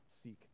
seek